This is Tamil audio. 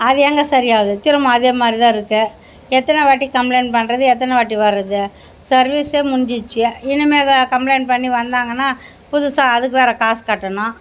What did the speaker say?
அது எங்க சரி ஆகுது திரும்ப அதேமாதிரிதான் இருக்கு எத்தனை வாட்டி கம்ளைண்ட் பண்ணுறது எத்தனை வாட்டி வர்றது சர்வீஸே முடிஞ்சுடுச்சி இனிமேல் கம்ளைண்ட் பண்ணி வந்தாங்கனா புதுசாக அதுக்கு வேற காசு கட்டணும்